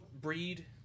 breed